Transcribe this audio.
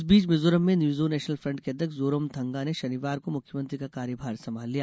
इस बीच मिजोरम में मिजो नेशनल फ्रंट के अध्यक्ष जोरमथंगा ने शनिवार को मुख्यमंत्री का कार्यभार संभाल लिया